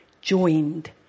joined